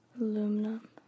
Aluminum